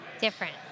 Different